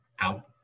out